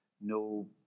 no